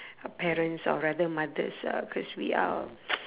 uh parents or rather mothers uh cause we are